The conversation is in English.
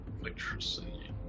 Electricity